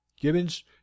Gibbons